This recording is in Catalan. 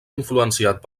influenciat